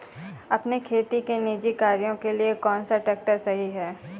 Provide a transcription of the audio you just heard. अपने खेती के निजी कार्यों के लिए कौन सा ट्रैक्टर सही है?